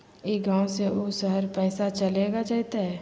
ई गांव से ऊ शहर पैसा चलेगा जयते?